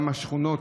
גם השכונות,